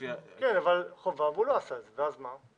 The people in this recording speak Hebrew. חובה, והוא לא עשה את זה, ואז מה?